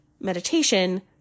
meditation